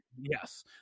Yes